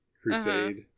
Crusade